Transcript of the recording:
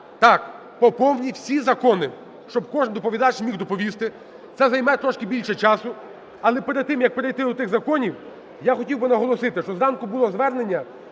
Так, по повній всі закони, щоб кожний доповідач міг доповісти. Це займе трошки більше часу. Але перед тим, як перейти до тих законів, я хотів би наголосити, що зранку було звернення,